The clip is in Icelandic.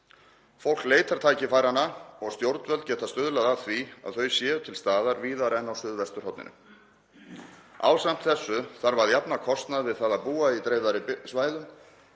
Fólk leitar tækifæranna og stjórnvöld geta stuðlað að því að þau séu til staðar víðar en á suðvesturhorninu. Ásamt þessu þarf að jafna kostnað við það að búa í dreifðari svæðum,